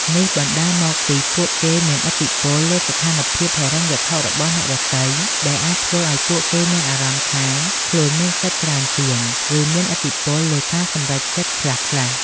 នេះបណ្ដាលមកពីពួកគេមានឥទ្ធិពលលើស្ថានភាពហិរញ្ញវត្ថុរបស់អ្នកដទៃ ដែលអាចធ្វើឲ្យពួកគេមានអារម្មណ៍ថាខ្លួនមានសិទ្ធិច្រើនជាង ឬមានឥទ្ធិពលលើការសម្រេចចិត្តខ្លះៗ។